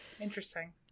interesting